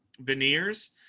veneers